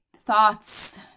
thoughts